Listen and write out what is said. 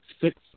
six